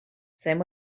same